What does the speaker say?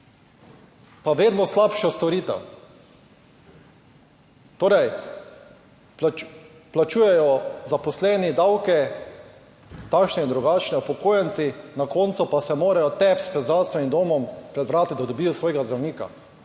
pa vedno slabšo storitev. Torej, plačujejo zaposleni, davke takšne in drugačne, upokojenci na koncu pa se morajo tebi, zdravstvenim domom pred vrati, da dobijo svojega zdravnika